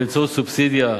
באמצעות סובסידיה,